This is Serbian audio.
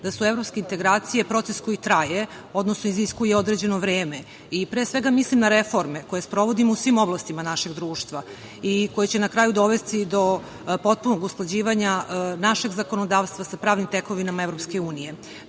da su evropske integracije proces koji traje, odnosno iziskuje određeno vreme i pre svega mislim na reforme koje sprovodimo u svim oblastima našeg društva i koje će na kraju dovesti do potpunog usklađivanja našeg zakonodavstva sa pravnim tekovinama EU.To nije